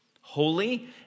holy